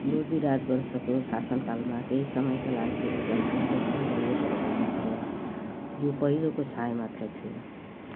लोदी राजवंशको शासनकालमा केही समयका लागि यसलाई पुनरुत्थान गरिएको भए तापनि यो पहिलेको छायाँ मात्र थियो